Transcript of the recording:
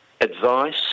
advice